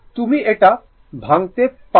তুমি এটা ভাঙতে পারো